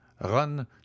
Run